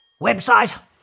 website